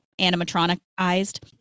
animatronicized